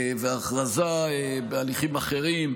והכרזה בהליכים אחרים,